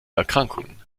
erkrankungen